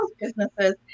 businesses